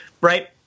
right